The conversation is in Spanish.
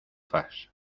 fax